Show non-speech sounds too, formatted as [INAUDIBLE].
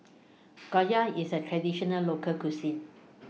[NOISE] Gyoza IS A Traditional Local Cuisine